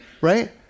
right